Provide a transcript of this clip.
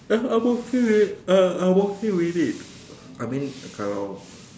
tell her I'm working late uh I'm working a bit late I mean kalau